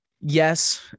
Yes